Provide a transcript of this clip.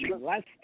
last